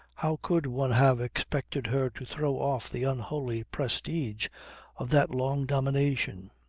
how could one have expected her to throw off the unholy prestige of that long domination?